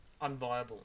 unviable